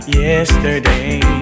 yesterday